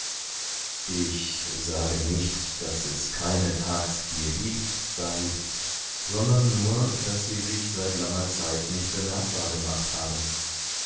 ich sage nicht daß es keine thags hier gibt sahib sondern nur daß sie sich seit langer zeit nicht bemerkbar gemacht haben